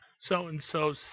so-and-so